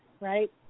right